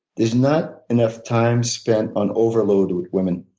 there's not enough time spent on overload with women